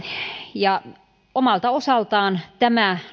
omalta osaltaan tämä